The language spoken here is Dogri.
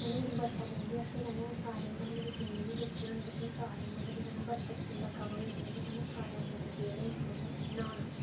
जेल्लै बर्खा पौंदी अस सारे मह्ल्ले दे जिन्ने बी बच्चे होंदे ते सारें मतलब केह् करना जिस दिन बर्खा पौंदी सारे जनें उस दिन केह् करना सारें अपने अपने बेह्ड़े मतलब न्हाना